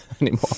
anymore